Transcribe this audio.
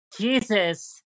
Jesus